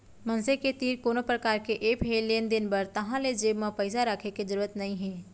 मनसे के तीर कोनो परकार के ऐप हे लेन देन बर ताहाँले जेब म पइसा राखे के जरूरत नइ हे